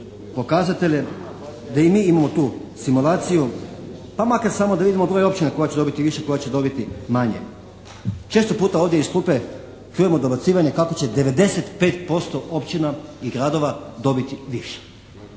pokazatelje, da i mi imamo tu simulaciju pa makar samo da vidimo broj općina koja će dobiti više, koja će dobiti manje. Često puta ovdje iz klupe čujemo dobacivanje kako će 95% općina i gradova dobiti više.